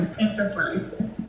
Enterprise